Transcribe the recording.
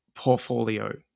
portfolio